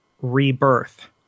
rebirth